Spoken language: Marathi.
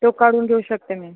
तो काढून घेऊ शकते मी